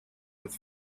with